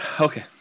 okay